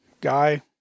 guy